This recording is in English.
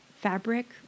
fabric